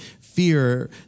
fear